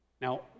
Now